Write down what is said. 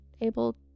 able